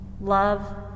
Love